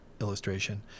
illustration